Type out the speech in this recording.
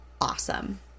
Awesome